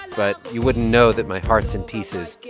but you wouldn't know that my heart's in pieces.